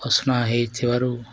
ଅସନା ହୋଇଥିବାରୁ